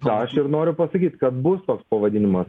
ką aš ir noriu pasakyt kad bus toks pavadinimas